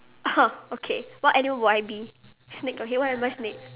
okay what animal would I be snake okay why am I snake